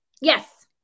Yes